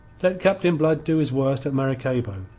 let captain blood do his worst at maracaybo,